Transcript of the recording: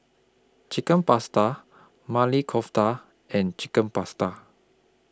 Chicken Pasta Mali Kofta and Chicken Pasta